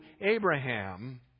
Abraham